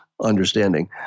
understanding